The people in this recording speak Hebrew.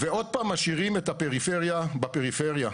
ועוד פעם משאירים את הפריפריה בפריפריה.